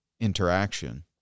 Interaction